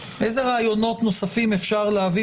איזה רעיונות נוספים אפשר להביא,